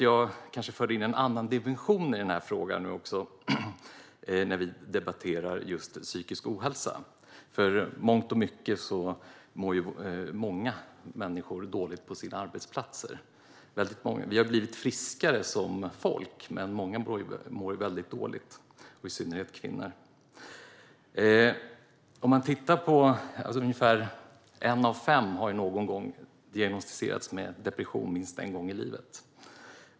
Jag kanske för in en annan dimension i frågan när vi debatterar psykisk ohälsa. I mångt och mycket mår ju många människor dåligt på sina arbetsplatser. Vi har blivit friskare som folk, men många - i synnerhet kvinnor - mår väldigt dåligt. Ungefär en av fem har diagnostiserats med depression minst en gång i livet.